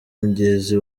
mugezi